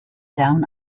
down